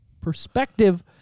perspective